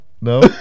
No